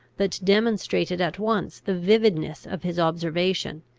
that demonstrated at once the vividness of his observation,